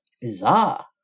bizarre